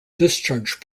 discharge